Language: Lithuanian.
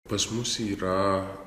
pas mus yra